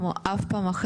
כמו שלא הבנו לפני,